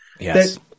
Yes